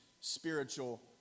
spiritual